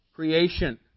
creation